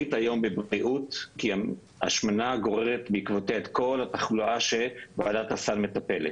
שכדאי וראוי שיו"ר הוועדה תבדוק.